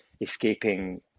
escaping